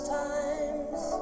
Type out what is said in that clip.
times